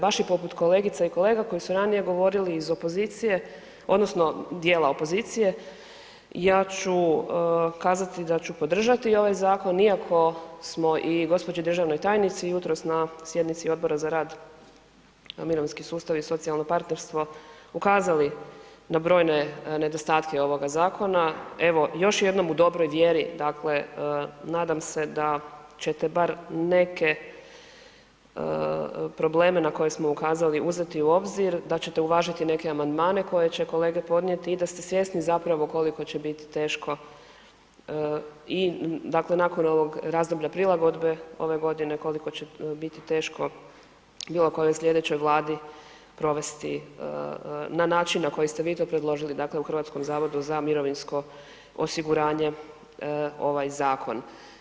Baš i poput kolegica i kolega koje su ranije govorili iz opozicije, odnosno dijela opozicije, ja ću kazati da ću podržati ovaj zakon iako smo i gđi. državnoj tajnici jutros na sjednici Odbora za rad, mirovinski sustav i socijalno partnerstvo ukazali na brojne nedostatke ovoga zakona, evo, još jednom u dobroj vjeri, dakle, nadam se da ćete bar neke probleme na koje smo ukazali uzeti u obzir, da ćete uvažiti neke amandmane koje će kolege podnijeti i da ste svjesni zapravo koliko će biti teško i dakle, nakon ovog razdoblja prilagodbe ove godine koliko će biti teško bilo kojoj slijedećoj Vladi provesti na način na koji ste vi to predložili, dakle u HZMO-u ovaj zakon.